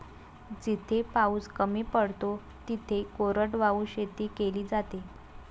जिथे पाऊस कमी पडतो तिथे कोरडवाहू शेती केली जाते